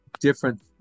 different